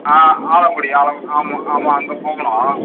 ஆ ஆலங்குடி ஆமாம் ஆமாம் அங்கே போகணும்